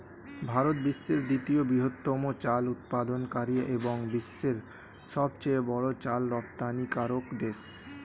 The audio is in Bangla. ভারত বিশ্বের দ্বিতীয় বৃহত্তম চাল উৎপাদনকারী এবং বিশ্বের সবচেয়ে বড় চাল রপ্তানিকারক দেশ